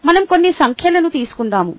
మనం కొన్ని సంఖ్యలను తీసుకుందాము